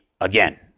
again